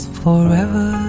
forever